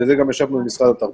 ועל זה גם ישבנו עם משרד הבריאות,